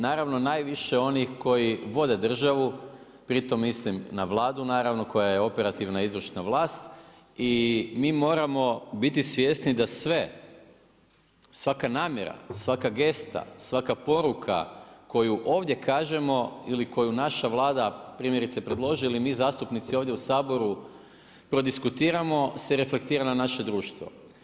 Naravno najviše onih koji vode državu, pritom mislim na Vladu naravno koja je operativna izvršna vlast i mi moramo biti svjesni da sve, svaka namjera, svaka gesta, svaka poruka koju ovdje kažemo ili koju naša Vlada, primjerice predloži ili mi zastupnici ovdje u Saboru prodiskutiramo, se reflektira na naše društvo.